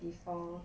before